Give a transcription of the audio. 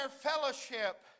fellowship